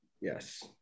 yes